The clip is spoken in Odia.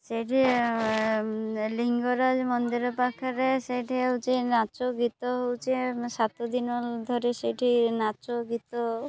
ସେଇଠି ଲିଙ୍ଗରାଜ ମନ୍ଦିର ପାଖରେ ସେଇଠି ହେଉଛି ନାଚ ଗୀତ ହେଉଛି ସାତ ଦିନ ଧରି ସେଇଠି ନାଚ ଗୀତ